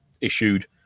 issued